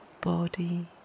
body